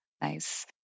nice